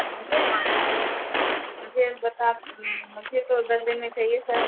मुझे मुझे बता मुझे तो दस दिन में चाहिए सर